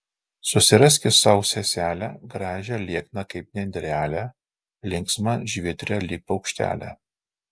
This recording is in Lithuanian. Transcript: susiraski sau seselę gražią liekną kaip nendrelę linksmą žvitrią lyg paukštelę